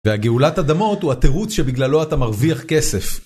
והגאולת אדמות הוא התירוץ שבגללו אתה מרוויח כסף